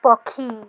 ପକ୍ଷୀ